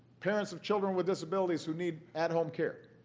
parents of children with disabilities who need at-home care.